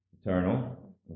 Eternal